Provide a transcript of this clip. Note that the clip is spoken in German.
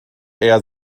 eher